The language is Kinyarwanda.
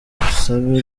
busabe